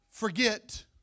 forget